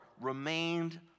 remained